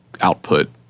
output